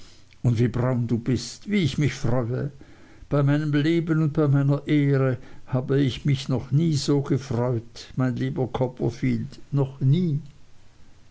und wie braun du bist wie ich mich freue bei meinem leben und bei meiner ehre ich habe mich noch nie so gefreut mein lieber copperfield noch nie